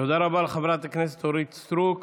תודה רבה לחברת הכנסת אורית סטרוק.